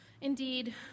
Indeed